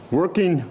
working